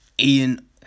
Ian